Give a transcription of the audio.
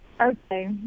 Okay